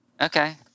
Okay